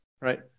right